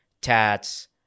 tats